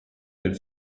del